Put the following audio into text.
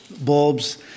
bulbs